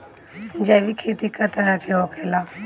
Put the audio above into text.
जैविक खेती कए तरह के होखेला?